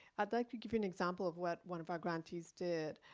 i'd like to give you an example of what one of our grantees did.